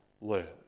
live